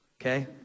Okay